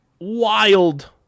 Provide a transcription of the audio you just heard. Wild